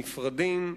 נפרדים.